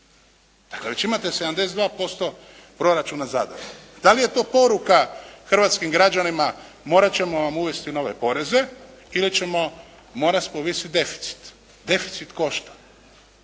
Dakle, već imate 72% proračuna zadano. Da li je to poruka hrvatskim građanima morat ćemo vam uvesti nove poreze ili ćemo morati povisiti deficit. Deficit košta.